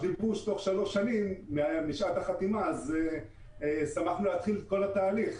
כשדיברו שתוך שלוש שנים משעת החתימה אז שמחנו להתחיל את כל התהליך.